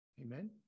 Amen